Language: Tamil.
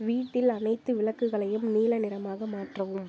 வீட்டில் அனைத்து விளக்குகளையும் நீல நிறமாக மாற்றவும்